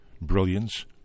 brilliance